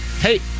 Hey